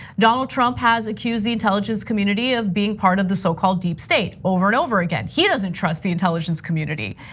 donald trump has accused the intelligence community of being part of the so-called deep state over and over again. he doesn't trust the intelligence community.